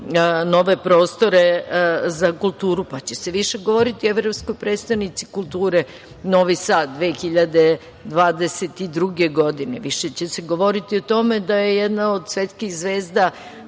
nove prostore za kulturu. Pa će se više govoriti o evropskoj prestonici kulture Novi Sad 2022. godine. Više će se govoriti o tome da je jedna od svetskih zvezda